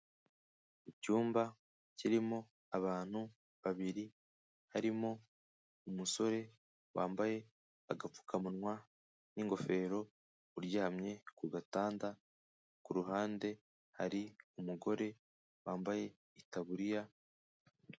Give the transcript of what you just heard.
Icyumba kirimo abantu babiri, harimo umusore wambaye agapfukamunwa n'ingofero uryamye ku gatanda, ku ruhande hari umugore wambaye itaburiya.